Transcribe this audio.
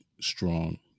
strong